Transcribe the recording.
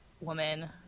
woman